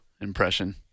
impression